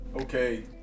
okay